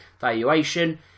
valuation